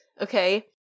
Okay